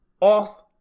off